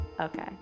Okay